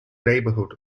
neighbourhood